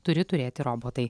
turi turėti robotai